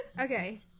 Okay